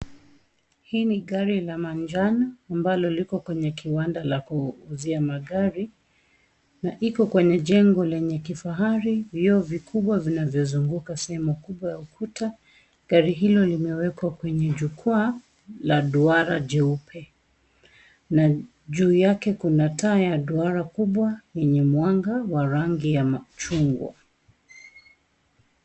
Hii ni gari la manjano ambalo liko kwenye kiwanda la kuuzia magari na iko kwenye jengo lenye kifahari. Vioo vikubwa vinavyozunguka sehemu kubwa ya ukuta. Gari hilo limewekwa kwenye jukwaa la duara jeupe. Na juu yake Kuna taa ya duara kubwa yenye mwanga wa rangi ya machungwa.